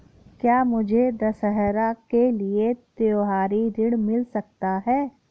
क्या मुझे दशहरा के लिए त्योहारी ऋण मिल सकता है?